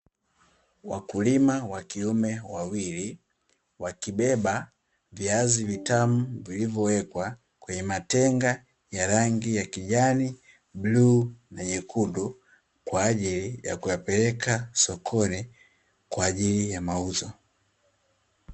Wakulima wa kiume wawili wakibeba viazi vitamu, vilivyowekwa kwenye matenga ya rangi ya kijani, bluu na nyekundu kwa ajili ya kuyapeleka sokoni kwa ajili ya mauzo.